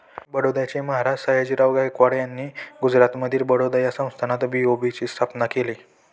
बडोद्याचे महाराज सयाजीराव गायकवाड यांनी गुजरातमधील बडोदा या संस्थानात बी.ओ.बी ची स्थापना केली